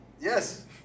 Yes